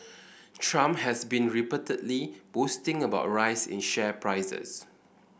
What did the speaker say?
trump has been repeatedly boasting about rise in share prices